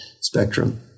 spectrum